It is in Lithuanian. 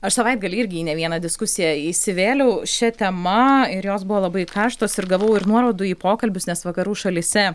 aš savaitgalį irgi į ne vieną diskusiją įsivėliau šia tema ir jos buvo labai karštos ir gavau ir nuorodų į pokalbius nes vakarų šalyse